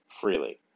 freely